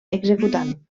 executant